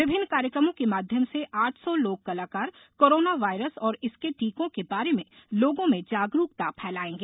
विभिन्न कार्यक्रमों के माध्यम से आठ सौ लोक कलाकार कोरोना वायरस और इसके टीकों के बारे में लोगों में जागरूकता फैलाएंगे